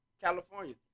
California